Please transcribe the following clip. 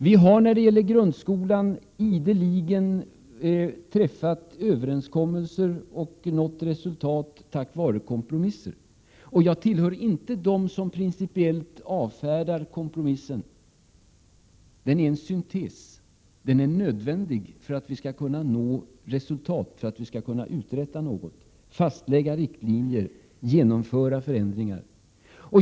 Vi har när det gäller grundskolan ideligen träffat överenskommelser och nått resultat tack vare kompromisser. Jag tillhör inte dem som principiellt avfärdar kompromissen. Den är en syntes, och nödvändig för att vi skall kunna uträtta något, nå resultat, fastlägga riktlinjer och genomföra förändringar.